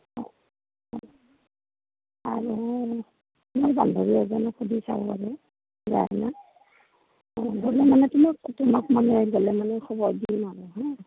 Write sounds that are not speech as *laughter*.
*unintelligible* বান্ধবী এজনীক সুধি চাওঁ ৰ'ব যায় নাই গ'লেমানে তোমাক তোমাক মানে গ'লেমানে খবৰ দিম আৰু হা